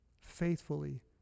faithfully